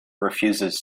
refuses